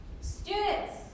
Students